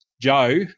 Joe